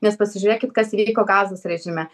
nes pasižiūrėkit kas vyko gazos režime